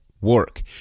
work